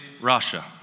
Russia